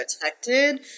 protected